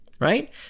Right